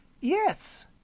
Yes